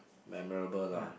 memorable lah